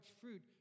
fruit